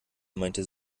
meinte